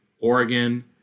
Oregon